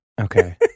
Okay